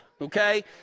okay